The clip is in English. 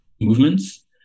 movements